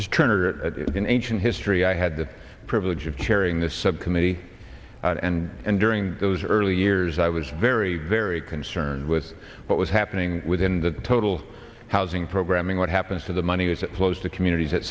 turner in ancient history i had the privilege of carrying this subcommittee and during those early years i was very very concerned with what was happening within the total housing programming what happens to the money as it closed the communities et